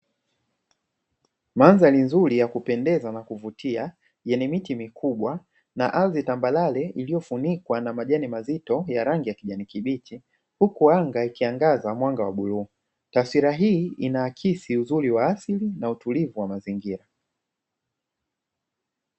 Mandhari nzuri ya kupendeza na kuvutia, yenye miti mikubwa na ardhi tambarare iliyofunikwa na majani mazito ya rangi ya kijani kibichi, huku anga ikiangaza mwanga wa bluu. Taswira hii inaaksi uzuri wa asili na utulivu wa mazingira.